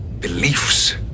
beliefs